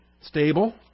stable